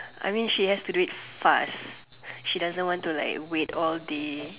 I mean she has to do it fast she doesn't want to like wait all day